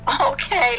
okay